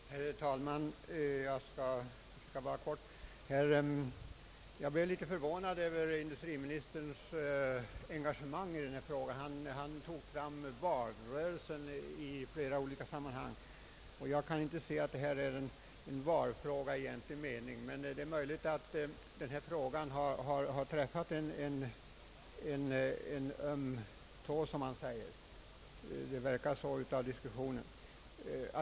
Herr talman! Jag skall försöka fatta mig kort. Jag blev litet förvånad över industriministerns irritation i den här frågan. Han drog vid flera tillfällen in valrörelsen i debatten. Jag kan inte se att detta är en valfråga i egentlig mening, men det är möjligt att man här har träffat en öm tå, som man säger. Det verkar i varje fall så av diskussionen att döma.